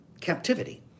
captivity